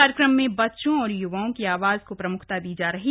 कार्यक्रम में बच्चों और य्वाओं की आवाज के प्रमुखता दी जाएगी